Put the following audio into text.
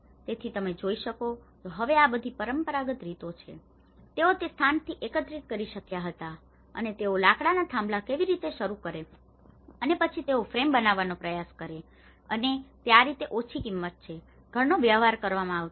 તેથી તમે જે જોઈ શકો છો તે હવે આ બધી પરંપરાગત રીતો છે જે તેઓ તે સ્થાનથી એકત્રિત કરી શક્યા હતા અને તેઓ તે લાકડાના થાંભલા કેવી રીતે શરૂ કરે છે અને પછી તેઓ ફ્રેમ બનાવવાનો પ્રયાસ કરે છે અને તે આ રીતે ઓછી કિંમત છે ઘરનો વ્યવહાર કરવામાં આવ્યો છે